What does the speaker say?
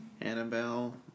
Annabelle